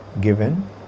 given